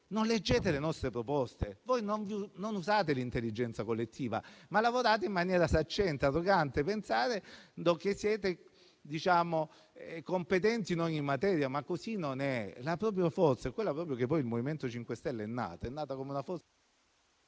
non leggete le nostre proposte, non usate l'intelligenza collettiva, ma lavorate in maniera saccente e arrogante. Pensate di essere competenti in ogni materia, ma così non è. La vera forza, quella da cui poi il MoVimento 5 Stelle è nato, è la forza